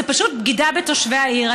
זה פשוט בגידה בתושבי העיר.